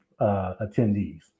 attendees